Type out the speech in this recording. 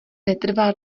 netrvá